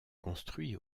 construit